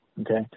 okay